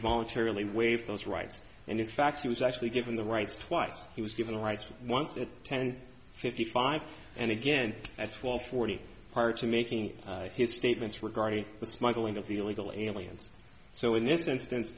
voluntarily waive those rights and in fact he was actually given the rights twice he was given rights once at ten fifty five and again at twelve forty prior to making his statements regarding the smuggling of the illegal aliens so in this instance